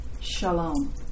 shalom